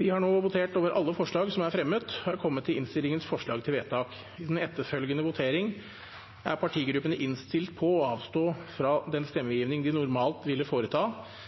Vi har nå votert over alle forslag som er fremmet, og er kommet til innstillingens forslag til vedtak. I den etterfølgende votering er partigruppene innstilt på å avstå fra den stemmegivning de normalt ville foreta